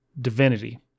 Divinity